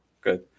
Good